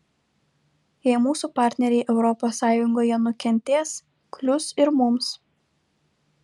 jei mūsų partneriai europos sąjungoje nukentės klius ir mums